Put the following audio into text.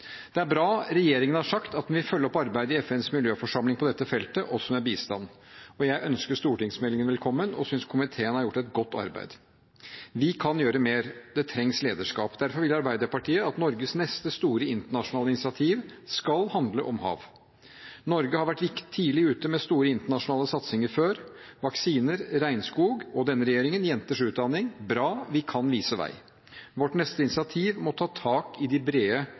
Det er bra at regjeringen har sagt at den vil følge opp arbeidet i FNs miljøforsamling på dette feltet, også med bistand. Jeg ønsker stortingsmeldingen velkommen og synes komiteen har gjort et godt arbeid, men vi kan gjøre mer. Det trengs lederskap. Derfor vil Arbeiderpartiet at Norges neste store internasjonale initiativ skal handle om hav. Norge har vært tidlig ute med store internasjonale satsinger før, som vaksiner og regnskog. Denne regjeringen har satset på jenters utdanning. Det er bra – vi kan vise vei. Vårt neste initiativ må ta tak i de brede